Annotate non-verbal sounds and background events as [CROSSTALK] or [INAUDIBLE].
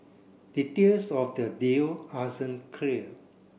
details of the deal [UNINTELLIGIBLE] clear